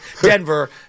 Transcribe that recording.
Denver